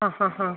ആ ഹാ ഹാ